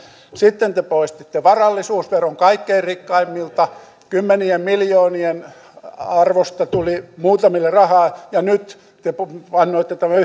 sitten te poistitte varallisuusveron kaikkein rikkaimmilta kymmenien miljoonien arvosta tuli muutamille rahaa ja nyt te vannoitte tämän